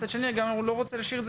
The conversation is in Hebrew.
מצד שני גם אני לא רוצה להשאיר את זה